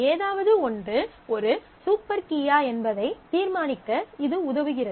ஏதாவது ஒன்று ஒரு சூப்பர் கீயா என்பதை தீர்மானிக்க இது உதவுகிறது